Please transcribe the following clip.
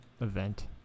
event